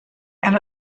and